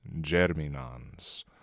germinans